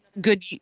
good